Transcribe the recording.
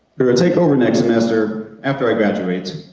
who will take over next semester after i graduate.